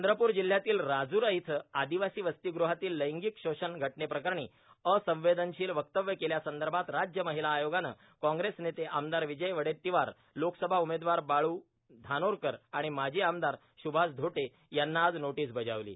चंद्रपूर जिल्ह्यातील राज्रा येथील आर्दिवासी वर्सातगृहातील र्लागक शोषण घटनेप्रकरणी असंवेदनशील वक्तव्य केल्यासंदभात राज्य र्माहला आयोगानं काँग्रेस नेते आमदार विजय वडेट्टीवार लोकसभा उमेदवार बाळू धानोरकर आर्गाण माजी आमदार सुभाष धोटे यांना आज नोटटस बजावलो